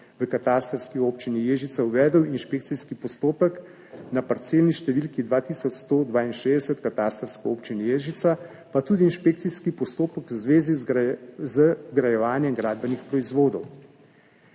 v katastrski občini Ježica uvedel inšpekcijski postopek na parcelni številki 2162 v katastrski občini Ježica, pa tudi inšpekcijski postopek v zvezi z vgrajevanjem gradbenih proizvodov.